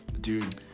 Dude